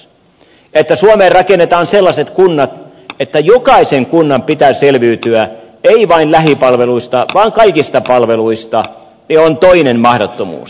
se että suomen rakennetaan sellaiset kunnat että jokaisen kunnan pitää selviytyä ei vain lähipalveluista vaan kaikista palveluista on toinen mahdottomuus